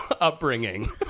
upbringing